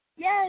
Yes